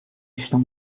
estão